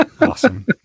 awesome